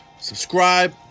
Subscribe